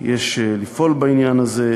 יש לפעול בעניין הזה.